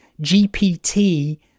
GPT